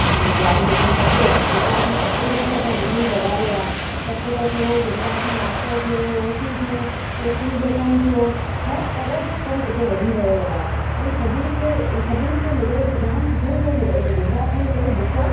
असांजे गुजरात में जीअं कपिड़ो गुजरात में कपिड़े जी बिजनेस वधारे आहे कपिड़ो थियो गुजराती नाश्तो थियो रोटी थियूं कैटरिंग जो कम थियो हर तरह जो कम हिते वधी रहियो आहे ऐं सभिनि खे सभिनि खे मिले थी जाम सुठो ई थो मिले गुजरात में कोई बुखियो